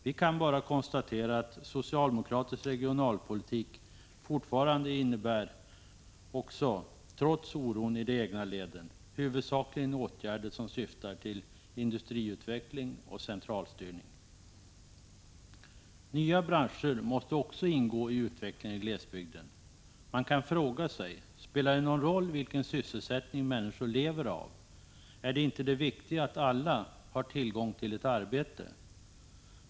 Vi kan bara konstatera att socialdemokratisk regionalpolitik innebär också i fortsättningen, trots oron i de egna leden, huvudsakligen åtgärder som syftar till industriutveckling och centralstyrning. Nya branscher måste också ingå i utvecklingen i glesbygden. Man kan fråga sig: Spelar det någon roll vilken sysselsättning människor lever av? Är det inte det viktiga att alla har tillgång till ett arbete?